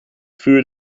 vuur